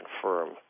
confirm